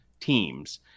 teams